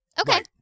Okay